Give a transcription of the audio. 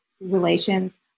Relations